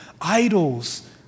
idols